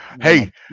Hey